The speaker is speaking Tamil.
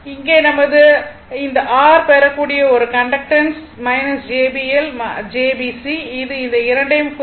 இங்கே இந்த R நாம் பெறக்கூடிய ஒரு கண்டக்டன்ஸ் jBL jBC இது இந்த இரண்டையும் குறிக்கும்